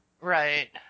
Right